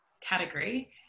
category